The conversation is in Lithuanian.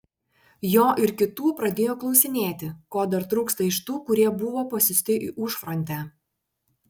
jo ir kitų pradėjo klausinėti ko dar trūksta iš tų kurie buvo pasiųsti į užfrontę